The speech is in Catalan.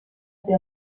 ser